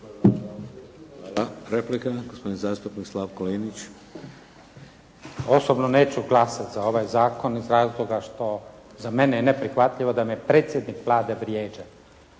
Replika, gospodin zastupnik Slavko Linić. **Linić, Slavko (SDP)** Osobno neću glasati za ovaj zakon iz razloga što za mene je neprihvatljivo da me predsjednik Vlade vrijeđa.